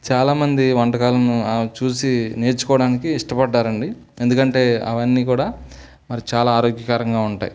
చాలామంది వంటకాలను చూసి నేర్చుకోవడానికి ఇష్టపడ్డారండి ఎందుకంటే అవన్నీ కూడా మరి చాలా ఆరోగ్యకరంగా ఉంటాయి